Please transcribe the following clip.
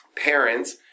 parents